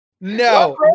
No